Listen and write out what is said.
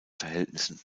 verhältnissen